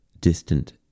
distant